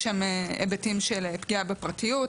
יש שם היבטים של פגיעה בפרטיות,